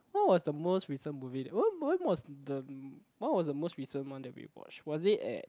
what was the most recent movie when when was the what was the most recent one that we watched was it at